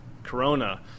corona